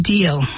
Deal